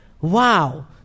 Wow